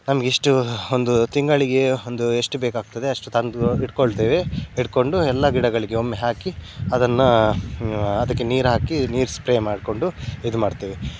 ನಮಗಿಷ್ಟು ಒಂದು ತಿಂಗಳಿಗೆ ಒಂದು ಎಷ್ಟು ಬೇಕಾಗ್ತದೆ ಅಷ್ಟು ತಂದು ಇಟ್ಕೊಳ್ತೇವೆ ಇಟ್ಕೊಂಡು ಎಲ್ಲ ಗಿಡಗಳಿಗೆ ಒಮ್ಮೆ ಹಾಕಿ ಅದನ್ನು ಅದಕ್ಕೆ ನೀರು ಹಾಕಿ ನೀರು ಸ್ಪ್ರೇ ಮಾಡಿಕೊಂಡು ಇದು ಮಾಡ್ತೇವೆ